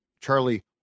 Charlie